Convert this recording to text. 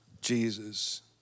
Jesus